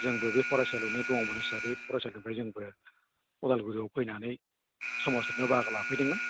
जोंबो बे फरायसालियावनो दङमोन हिसाबै फरायसालिनिफ्राय जोंबो उदालगुरियाव फैनानै सोमावसारनायाव बाहागो लाफैदोंमोन